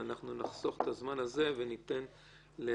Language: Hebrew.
אנחנו נחסוך את הזמן הזה וניתן לדנה.